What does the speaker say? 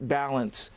balance